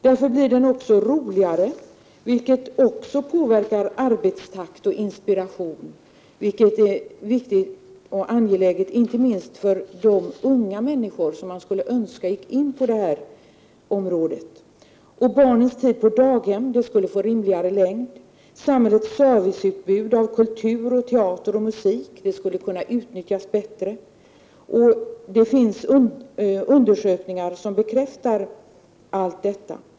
Därför blir arbetet roligare, och det påverkar också arbetstakt och inspiration, vilket är viktigt och angeläget inte minst för de unga människor som man hoppas att få in i vårdyrkena. Barnens tid på daghem skulle få rimligare längd, samhällets serviceutbud av kultur, teater och musik skulle kunna utnyttjas bättre. Det finns undersökningar som bekräftar allt detta.